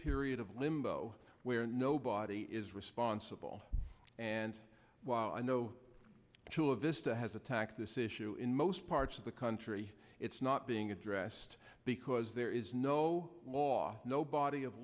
period of limbo where nobody is responsible and while i know chula vista has attacked this issue in most parts of the country it's not being addressed because there is no law no body of